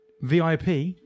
VIP